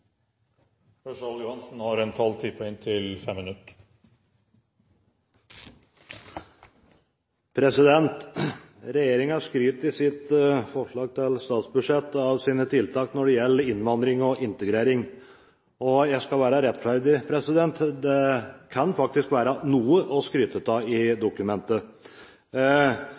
i sitt forslag til statsbudsjett av sine tiltak når det gjelder innvandring og integrering, og jeg skal være rettferdig – det kan faktisk være noe å skryte av i dokumentet.